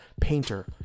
painter